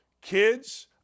kids